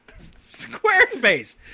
Squarespace